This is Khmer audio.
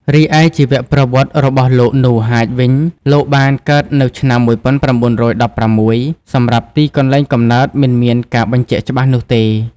រីឯជីវប្រវត្តិរបស់លោក នូ ហាច វិញ លោកបានកើតនៅឆ្នាំ ១៩១៦ សម្រាប់ទីកន្លែងកំណើតមិនមានការបញ្ជាក់ច្បាស់នោះទេ។